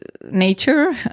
nature